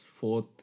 fourth